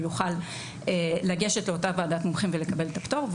הוא יוכל לגשת לאותה ועדת מומחים ולקבל את הפטור.